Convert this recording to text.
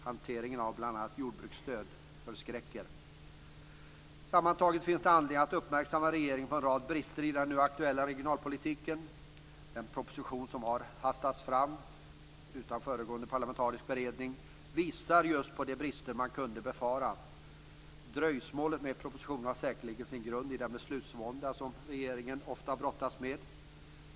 Hanteringen av bl.a. jordbruksstöd förskräcker. Sammantaget finns det anledning att uppmärksamma regeringen på en rad brister i den nu aktuella regionalpolitiken. Den proposition som har hastats fram utan föregående parlamentarisk beredning visar just de brister man kunde befara. Dröjsmålet med propositionen har säkerligen sin grund i den beslutsvånda som regeringen ofta brottas med.